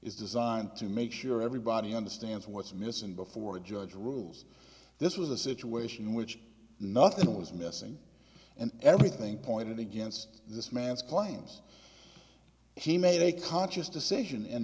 is designed to make sure everybody understands what's missing before a judge rules this was a situation which nothing was missing and everything pointed against this man's claims he made a conscious decision in